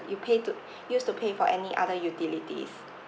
you pay to used to pay for any other utilities